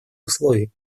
условий